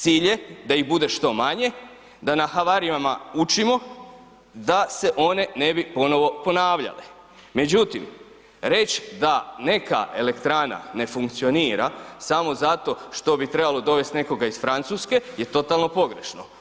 Cilj je da ih bude što manje, da na havarijama učimo da se one ne bi ponovno ponavljali međutim reći da neka elektrana ne funkcionira samo zato što bi trebalo dovesti nekoga iz Francuske je totalno pogrešno.